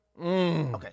Okay